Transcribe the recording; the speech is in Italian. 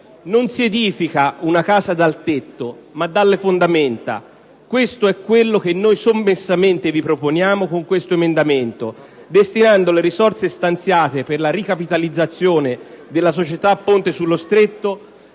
Non si edifica una casa dal tetto, ma dalle fondamenta! Questo è quello che noi sommessamente vi proponiamo con questo emendamento, destinando le risorse stanziate per la ricapitalizzazione della Società Ponte sullo Stretto